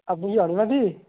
আপনি কি আলপনাদি